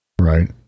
right